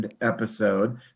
episode